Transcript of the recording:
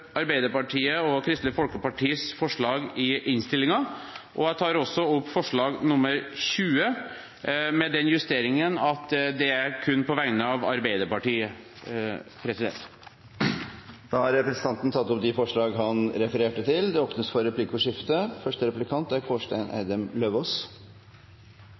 forslag nr. 20, med den justeringen at det er kun på vegne av Arbeiderpartiet. Representanten Arild Grande har tatt opp de forslagene han refererte til. Det blir replikkordskifte. Modell 1 og modell 2 er